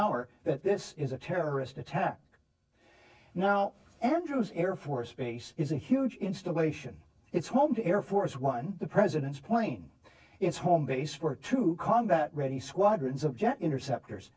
hour that this is a terrorist attack now andrews air force base is a huge installation it's home to air force one the president's plane is home base for two combat ready squadrons of jet intercept